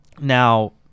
Now